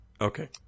Okay